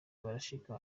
barashika